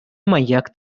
маньяк